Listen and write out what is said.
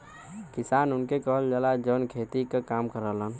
किसान उनके कहल जाला, जौन खेती क काम करलन